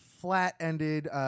flat-ended